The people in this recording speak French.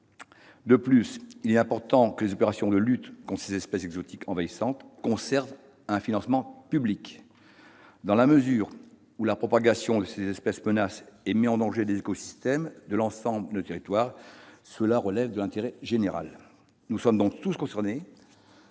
De plus, il est important que les opérations de lutte contre les espèces exotiques envahissantes conservent un financement public. Dans la mesure où la propagation de ces espèces menace et met en danger des écosystèmes de l'ensemble de nos territoires, le sujet relève de l'intérêt général. Nous sommes tous concernés